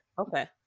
Okay